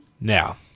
Now